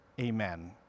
Amen